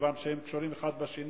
כיוון שהם קשורים אחד בשני.